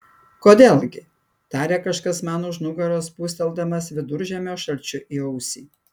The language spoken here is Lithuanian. kodėl gi tarė kažkas man už nugaros pūsteldamas viduržiemio šalčiu į ausį